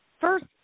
first